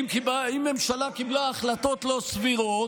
אם ממשלה קיבלה החלטות לא סבירות,